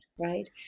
right